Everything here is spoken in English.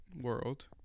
world